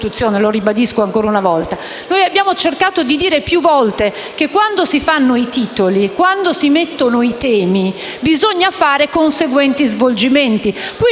lo ribadisco ancora una volta. Noi abbiamo cercato di dire più volte che quando si fanno i titoli, quando si mettono i temi, bisogna fare conseguenti svolgimenti: qui